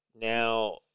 Now